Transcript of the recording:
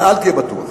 אל תהיה בטוח.